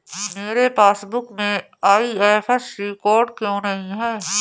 मेरे पासबुक में IFSC code क्यो नहीं है?